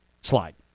slide